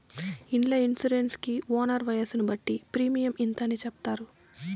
ఇండ్ల ఇన్సూరెన్స్ కి ఓనర్ వయసును బట్టి ప్రీమియం ఇంత అని చెప్తారు